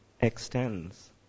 extends